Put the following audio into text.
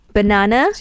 Banana